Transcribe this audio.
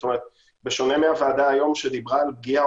בשונה מהוועדה היום שדיברה על פגיעה,